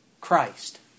Christ